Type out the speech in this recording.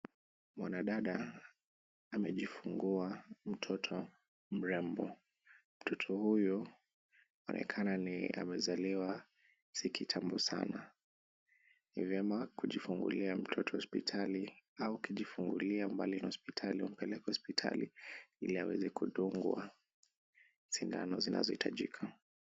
Mwanadada amejifungua mtoto mrembo. Mtoto huyu anaonakana ni amezaliwa si kitambo sna. Ni vyema kujifungulia mtoto hospitali, au ukijifungulia mbali na hospitali umpeleke hospitali ili aweze kudungwa sindano zinazohitajika.